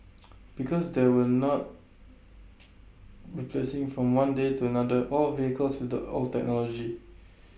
because there are not replacing from one day to another all vehicles with the old technology